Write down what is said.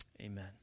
Amen